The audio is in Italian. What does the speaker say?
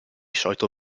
solito